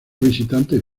visitantes